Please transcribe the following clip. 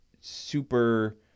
super